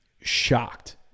shocked